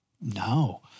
no